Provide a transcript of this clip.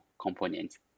components